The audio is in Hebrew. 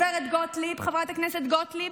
חברת הכנסת גוטליב,